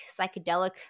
psychedelic